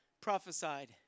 prophesied